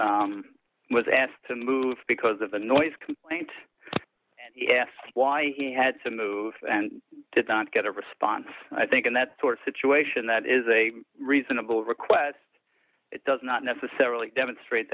he was asked to move because of the noise complaint yes why he had to move and did not get a response i think in that situation that is a reasonable request it does not necessarily demonstrate